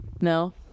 No